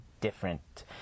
different